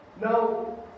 now